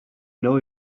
know